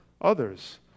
others